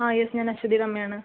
ആ യെസ് ഞാൻ അശ്വതിയുടെ അമ്മയാണ്